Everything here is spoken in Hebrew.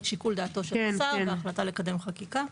שיקול דעתו של השר וההחלטה לקדם חקיקה.